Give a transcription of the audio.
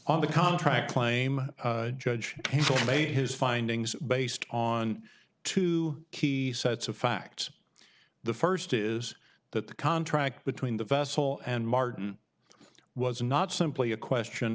on the contract claim judge made his findings based on two key sets of facts the first is that the contract between the vessel and martin was not simply a question